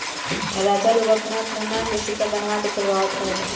राजा लोग अपनी अपनी नाम के सिक्का बनवा के चलवावत रहे लोग